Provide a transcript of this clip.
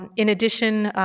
and in addition,